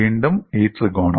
വീണ്ടും ഈ ത്രികോണം